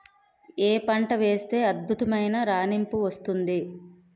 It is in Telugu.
ఏ పంట వేస్తే అద్భుతమైన రాణింపు వస్తుంది?